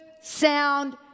sound